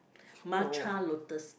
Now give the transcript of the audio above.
matcha lotus